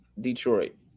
Detroit